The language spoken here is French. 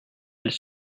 elle